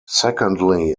secondly